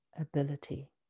ability